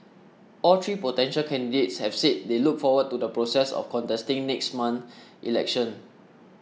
all three potential candidates have said they look forward to the process of contesting next month's election